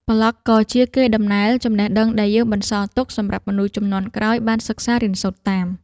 ប្លក់គឺជាកេរដំណែលចំណេះដឹងដែលយើងបន្សល់ទុកសម្រាប់មនុស្សជំនាន់ក្រោយបានសិក្សារៀនសូត្រតាម។